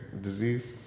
Disease